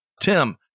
Tim